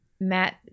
Matt